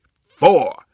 four